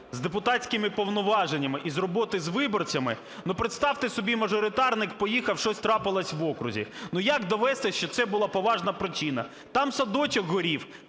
з депутатськими повноваженнями і роботи з виборцями… Ну, представте собі мажоритарник поїхав, щось трапилось в окрузі. Ну, як довести, що це була поважна причина? Там садочок горів,